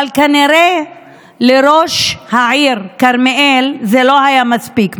אבל כנראה לראש העיר כרמיאל זה לא הספיק.